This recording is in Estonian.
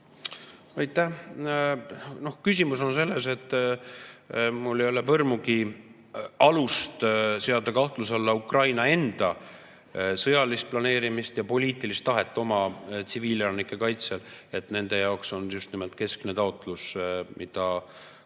Aitäh! Küsimus on selles, et mul ei ole põrmugi alust seada kahtluse alla Ukraina enda sõjalist planeerimist ja poliitilist tahet oma tsiviilelanike kaitsel. Nende jaoks on just nimelt keskne taotlus, mida